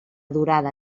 durada